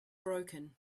broken